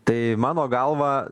tai mano galva